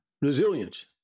Resilience